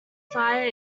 fire